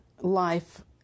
life